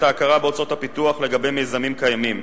ההכרה בהוצאות פיתוח לגבי מיזמים קיימים.